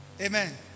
Amen